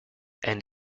and